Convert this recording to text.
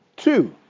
Two